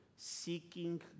seeking